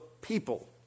people